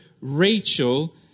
Rachel